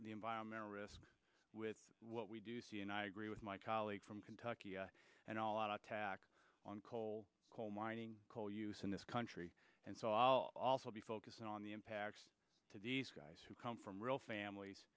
the environmental risk with what we do see and i agree with my colleague from kentucky and all out attack on coal coal mining coal use in this country and so i'll also be focusing on the impact to the guys who come from real famil